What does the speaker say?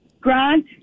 Grant